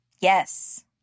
Yes